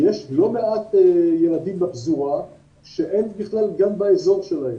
יש לא מעט ילדים בפזורה שאין בכלל גן באזור שלהם.